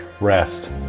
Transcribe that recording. rest